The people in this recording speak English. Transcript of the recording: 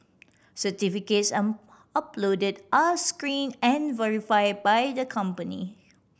certificates on uploaded are screen and verify by the company